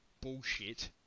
bullshit